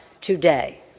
today